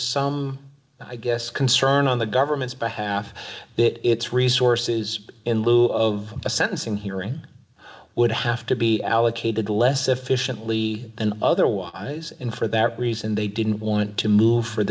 some i guess concern on the government's behalf that its resources in lieu of a sentencing hearing what have to be allocated less efficiently and otherwise and for that reason they didn't want to move for